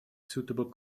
suitable